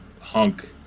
hunk